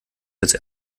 jetzt